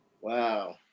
Wow